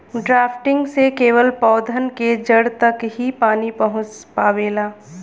drafting से केवल पौधन के जड़ तक ही पानी पहुँच पावेला